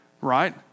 right